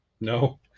No